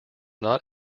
not